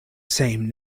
same